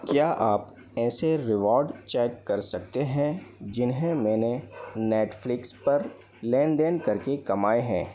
क्या आप ऐसे रिवॉर्ड चेक कर सकते हैं जिन्हें मैंने नेटफ़्लिक्स पर लेनदेन करके कमाएं हैं